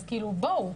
אז כאילו בואו,